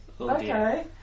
Okay